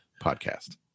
podcast